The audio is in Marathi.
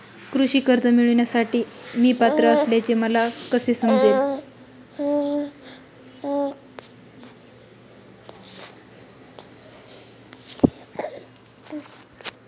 कृषी कर्ज मिळविण्यासाठी मी पात्र असल्याचे मला कसे समजेल?